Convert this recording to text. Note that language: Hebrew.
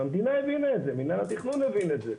והמדינה הבינה את זה, מינהל התכנון הבין את זה.